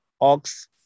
Ox